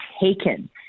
taken